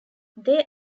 they